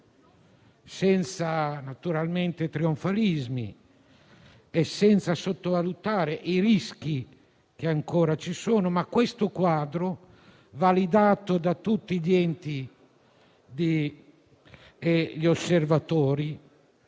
naturalmente senza trionfalismi e senza sottovalutare i rischi che ancora ci sono. Questo quadro, validato da tutti gli enti e gli osservatori,